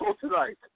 tonight